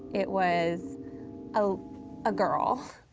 it was a girl,